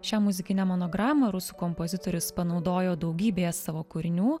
šią muzikinę monogramą rusų kompozitorius panaudojo daugybėje savo kūrinių